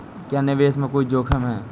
क्या निवेश में कोई जोखिम है?